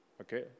Okay